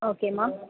ஓகேம்மா